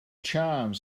chimes